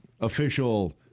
official